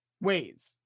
ways